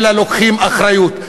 אלא לוקחים אחריות.